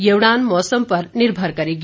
यह उड़ान मौसम पर निर्भर करेगी